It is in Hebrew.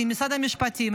עם משרד המשפטים,